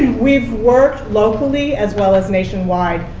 we've worked locally, as well as nationwide,